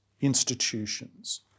institutions